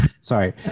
sorry